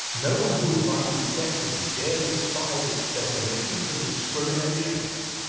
no one who would write effectively dare despise its definitions and discriminations.